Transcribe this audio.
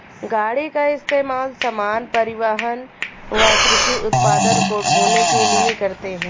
गाड़ी का इस्तेमाल सामान, परिवहन व कृषि उत्पाद को ढ़ोने के लिए करते है